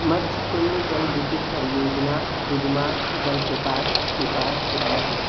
मच्छकुंड जलविद्युत परियोजना दुदुमा जलप्रपात के पास स्थित है